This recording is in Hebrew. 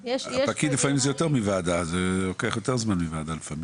פקיד לפעמים זה לוקח יותר זמן מוועדה לפעמים.